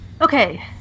Okay